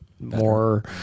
more